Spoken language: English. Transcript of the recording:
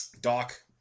Doc